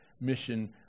mission